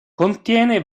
contiene